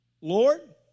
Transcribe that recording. Lord